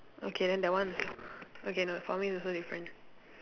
okay then that one also okay no for me it's also different